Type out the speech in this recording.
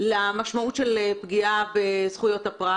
מבחינת המשמעויות של פגיעה בזכויות הפרט?